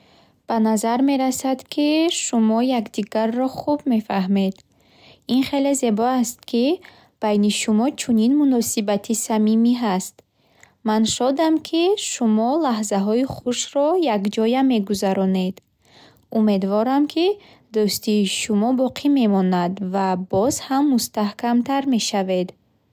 Ба назар мерасад, ки шумо якдигарро хуб мефаҳмед. Ин хеле зебо аст, ки байни шумо чунин муносибати самимӣ ҳаст. Ман шодам, ки шумо лаҳзаҳои хушро якҷоя мегузаронед. Умедворам, ки дӯстии шумо боқӣ мемонад ва боз ҳам мустаҳкамтар мешавад.